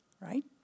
right